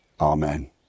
Amen